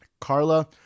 Carla